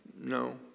No